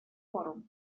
форум